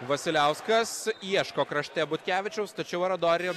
vasiliauskas ieško krašte butkevičiaus tačiau aradori